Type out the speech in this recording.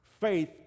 Faith